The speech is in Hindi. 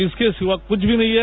इसके सिवा कुछ भी नहीं है